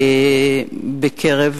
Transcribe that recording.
בקרב